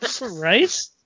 Right